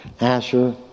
Asher